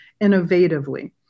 innovatively